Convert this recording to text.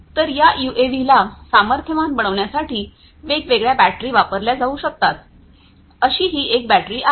तर या यूएव्हीला सामर्थ्यवान बनविण्यासाठी वेगवेगळ्या बॅटरी वापरल्या जाऊ शकतात अशी ही एक बॅटरी आहे